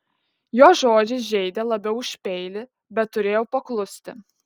jo žodžiai žeidė labiau už peilį bet turėjau paklusti